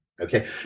Okay